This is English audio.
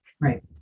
Right